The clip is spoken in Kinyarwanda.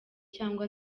cyangwa